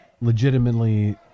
legitimately